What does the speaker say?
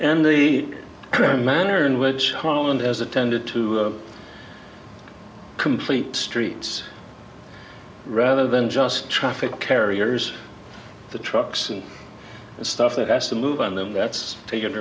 and the manner in which holland has attended to complete streets rather than just traffic carriers the trucks and the stuff that has to move on them that's taken